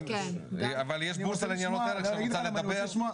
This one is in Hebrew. אבל יש בורסה לניירות ערך שרוצה לדבר.